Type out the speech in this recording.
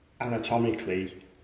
anatomically